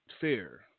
fair